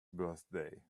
birthday